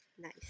Nice